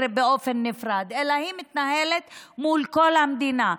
באופן נפרד אלא היא מתנהלת מול כל המדינה.